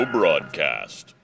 Broadcast